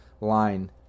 line